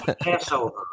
Passover